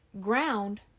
ground